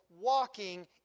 walking